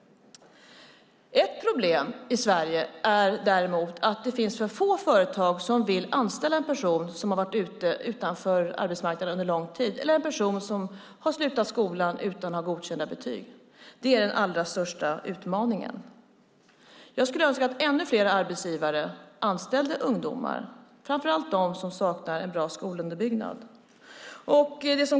Ett problem i Sverige är däremot att det finns för få företag som vill anställa en person som har varit utanför arbetsmarknaden en lång tid eller en person som har slutat skolan utan att ha godkända betyg. Det är den allra största utmaningen. Jag skulle önska att ännu fler arbetsgivare anställde ungdomar, framför allt de ungdomar som saknar en bra skolunderbyggnad.